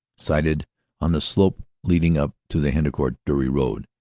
sited on the slope leading up to the hendecourt dury road.